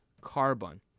carbon